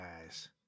guys